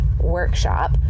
workshop